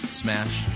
smash